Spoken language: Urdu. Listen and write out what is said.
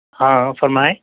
ہاں فرمائیں